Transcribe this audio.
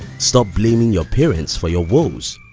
stop blaming your parents for your woes.